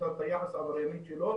קבוצת היחס העבריינית שלו,